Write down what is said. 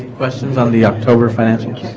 questions on the october financials